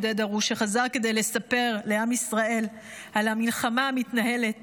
על המלחמה המתנהלת